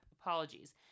Apologies